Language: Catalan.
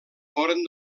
foren